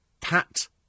Pat